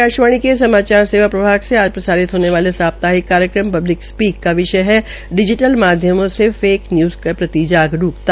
आकाशवाणी के समाचार सेवा प्रभाग से आज प्रसारित होने वाले साप्ताहिक कार्यक्रम पब्लिक स्पीक का विषय है डिजीटल माध्यमों से फेक न्यूज़ के प्रति जागरूकता